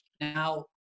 Now